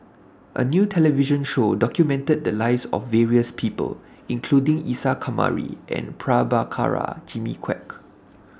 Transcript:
A New television Show documented The Lives of various People including Isa Kamari and Prabhakara Jimmy Quek